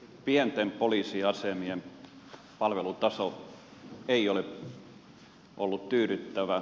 pienten poliisiasemien palvelutaso ei ole ollut tyydyttävä